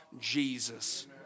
Jesus